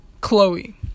Chloe